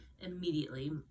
immediately